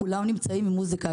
כולם נמצאים עם מוזיקה,